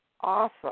awesome